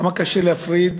כמה קשה להפריד